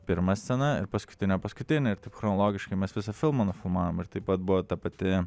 pirma scena ir paskutinė paskutinė ir taip chronologiškai mes visą filmą nufilmavom ir taip pat buvo ta pati